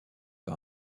par